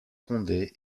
condé